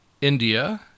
India